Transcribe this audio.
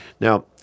Now